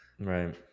Right